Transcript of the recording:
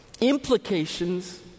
Implications